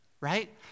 right